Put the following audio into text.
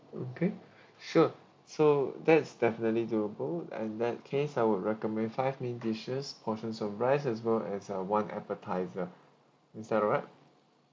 okay sure so that's definitely doable and that case I would recommend five main dishes portions of rice as well as uh one appetiser is that alright